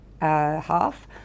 half